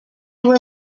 were